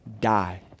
die